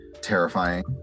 terrifying